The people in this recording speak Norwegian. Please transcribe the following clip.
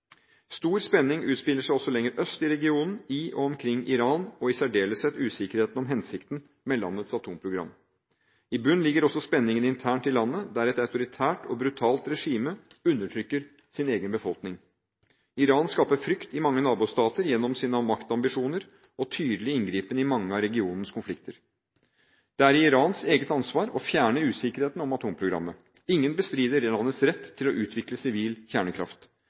Stor spenning utspiller seg også lenger øst i regionen, i og omkring Iran og i særdeleshet når det gjelder usikkerheten om hensikten med landets atomprogram. I bunnen ligger også spenningene internt i landet, der et autoritært og brutalt regime undertrykker sin egen befolkning. Iran skaper frykt i mange nabostater gjennom sine maktambisjoner og tydelige inngripen i mange av regionens konflikter. Det er Irans eget ansvar å fjerne usikkerheten om atomprogrammet. Ingen bestrider landets rett til å utvikle sivil kjernekraft,